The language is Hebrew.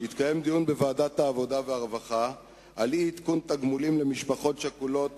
התקיים דיון בוועדת העבודה והרווחה על אי-עדכון תגמולים למשפחות שכולות,